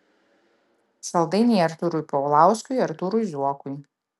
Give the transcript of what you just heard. saldainiai artūrui paulauskui artūrui zuokui